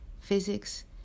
physics